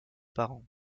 parents